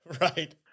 Right